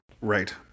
right